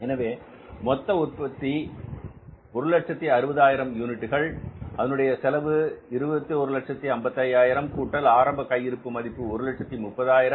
எனவே மொத்தம் உற்பத்தி 160000 யூனிட்டுகள் அதனுடைய செலவு 2155000 கூட்டல் ஆரம்ப கையிருப்பு மதிப்பு 130000 ரூபாய்